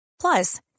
Plus